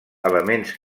elements